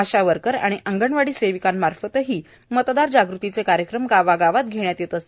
आशा worker आणि अंगणवाडी सेविका मार्फतही मतदार जाग़तीचे कार्यक्रम गावागावात घेण्यात येत आहेत